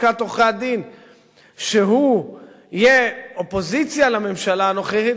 לשכת עורכי-הדין שיהיה אופוזיציה לממשלה הנוכחית,